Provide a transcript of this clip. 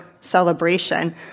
celebration